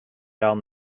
down